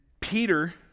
Peter